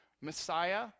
Messiah